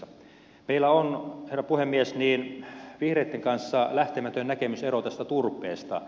meillä on herra puhemies vihreitten kanssa lähtemätön näkemysero tästä turpeesta